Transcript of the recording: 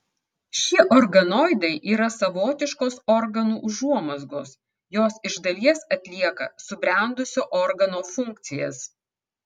šie organoidai yra savotiškos organų užuomazgos jos iš dalies atlieka subrendusio organo funkcijas